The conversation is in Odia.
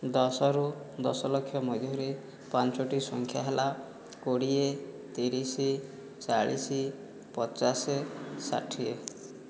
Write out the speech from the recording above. ଦଶରୁ ଦଶଲକ୍ଷ ମଧ୍ୟରେ ପାଞ୍ଚଟି ସଂଖ୍ୟା ହେଲା କୋଡ଼ିଏ ତିରିଶ ଚାଳିଶ ପଚାଶ ଷାଠିଏ